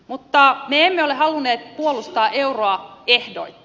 mutta me emme ole halunneet puolustaa euroa ehdoitta